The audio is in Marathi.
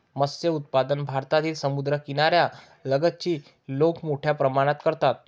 मत्स्य उत्पादन भारतातील समुद्रकिनाऱ्या लगतची लोक मोठ्या प्रमाणात करतात